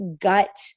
gut